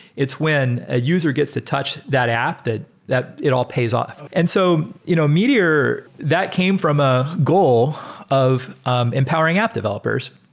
it's when a user gets to touch that app that that it all pays off. and so you know meteor, that came from a goal of um empowering app developers,